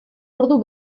ordu